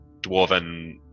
dwarven